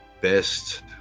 best